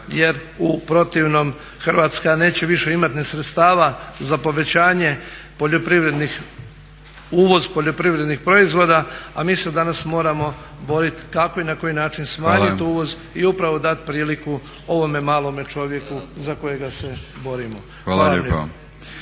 jer u protivnom Hrvatska neće više imati ni sredstava za povećanje poljoprivrednih, uvoz poljoprivrednih proizvoda a mi se danas moramo boriti kako i na koji način smanjiti uvoz i upravo dati priliku ovome malome čovjeku za kojega se borimo. Hvala lijepa.